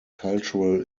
cultural